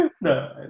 No